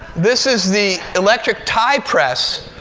this is the electric tie press,